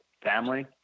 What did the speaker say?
family